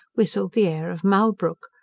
whistled the air of malbrooke,